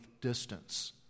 distance